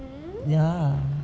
ya